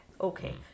okay